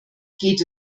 geht